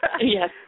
Yes